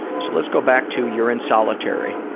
so let's go back to you're in solitary.